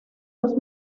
los